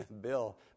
Bill